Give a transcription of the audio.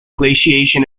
glaciation